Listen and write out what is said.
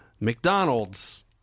mcdonald's